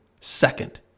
second